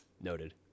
Noted